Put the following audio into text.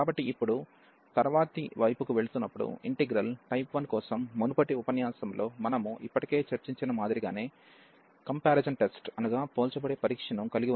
కాబట్టి ఇప్పుడు తరువాతి వైపుకు వెళుతున్నప్పుడు ఇంటిగ్రల్ టైప్ 1 కోసం మునుపటి ఉపన్యాసంలో మనము ఇప్పటికే చర్చించిన మాదిరిగానే పోల్చబడే పరీక్ష ను కలిగి ఉన్నాము